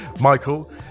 Michael